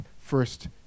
first